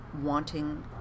wanting